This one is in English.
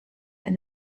and